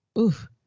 Oof